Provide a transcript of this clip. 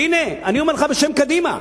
והנה, אני אומר לך בשם קדימה: